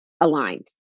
aligned